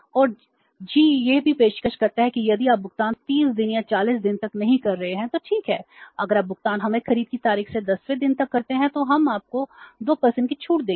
और जीई यह भी पेशकश करता है कि यदि आप भुगतान 30 दिन या 40 दिन तक नहीं कर रहे हैं तो ठीक है अगर आप भुगतान हमें खरीद की तारीख से 10 वें दिन तक करते हैं तो हम आपको 2 की छूट देंगे